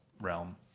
realm